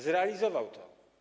Zrealizował to.